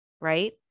right